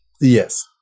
Yes